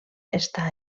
està